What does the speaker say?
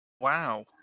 Wow